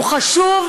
הוא חשוב,